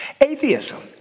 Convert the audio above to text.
atheism